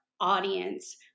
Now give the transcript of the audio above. audience